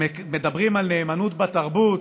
ומדברים על נאמנות בתרבות,